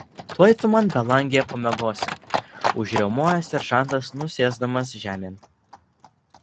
tuoj tu man belangėje pamiegosi užriaumojo seržantas nusėsdamas žemėn